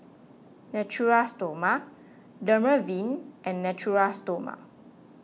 Natura Stoma Dermaveen and Natura Stoma